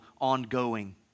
ongoing